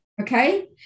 Okay